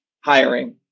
hiring